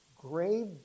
grave